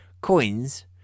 Coins